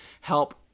help